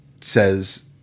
says